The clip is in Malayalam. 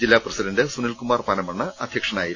ജില്ലാ പ്രസിഡന്റ് സുനിൽകുമാർ പനമണ്ണ അധ്യ ക്ഷനായിരുന്നു